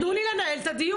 אז תנו לי לנהל את הדיון.